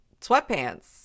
sweatpants